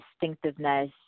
distinctiveness